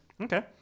Okay